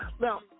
Now